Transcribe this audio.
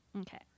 Okay